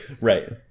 Right